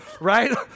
right